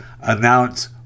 announce